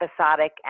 episodic